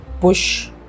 push